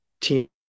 team